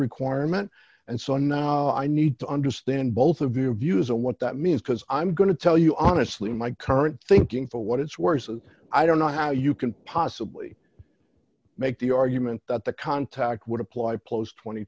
requirement and so now i need to understand both of their views and what that means because i'm going to tell you honestly my current thinking for what it's worth i don't know how you can possibly make the argument that the contact would apply post tw